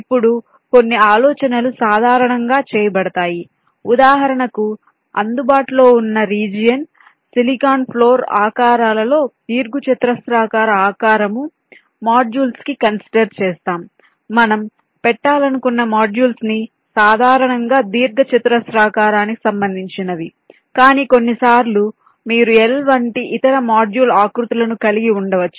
ఇప్పుడు కొన్ని ఆలోచనలు సాధారణంగా చేయబడతాయి ఉదాహరణకు అందుబాటులో ఉన్న రీజియన్ సిలికాన్ ఫ్లోర్ ఆకారాలలో దీర్ఘచతురస్రాకారం ఆకారము మోడ్యూల్స్కి కన్సిడర్ చేస్తాం మనము పెట్టాలనుకున్న మాడ్యూల్స్ ని సాధారణంగా దీర్ఘచతురస్రాకారానికి సంబంధించినవి కానీ కొన్నిసార్లు మీరు L వంటి ఇతర మాడ్యూల్ ఆకృతులను కలిగి ఉండవచ్చు